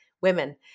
women